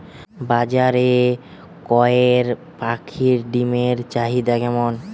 বাজারে কয়ের পাখীর ডিমের চাহিদা কেমন?